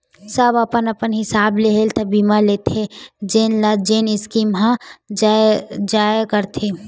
सब अपन अपन हिसाब ले हेल्थ बीमा ल लेथे जेन ल जेन स्कीम ह जम जाय करथे